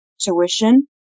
tuition